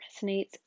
resonates